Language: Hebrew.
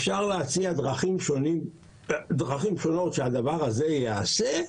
אפשר להציע דרכים שונות שהדבר הזה ייעשה.